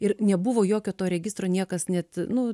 ir nebuvo jokio to registro niekas net nu